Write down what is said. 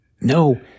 No